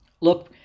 Look